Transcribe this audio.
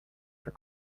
for